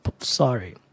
sorry